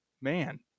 man